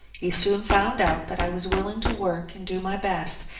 he soon found out that i was willing to work and do my best,